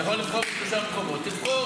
אתה יכול לבחור שלושה מקומות, אז אם